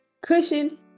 cushion